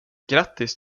grattis